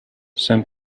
some